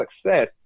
success